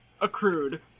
accrued